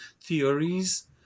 theories